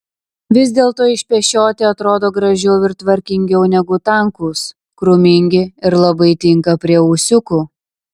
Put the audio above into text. vis dėlto išpešioti atrodo gražiau ir tvarkingiau negu tankūs krūmingi ir labai tinka prie ūsiukų